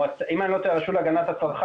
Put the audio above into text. אם אני לא טועה, הרשות להגנת הצרכן,